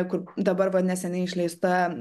kur dabar va neseniai išleista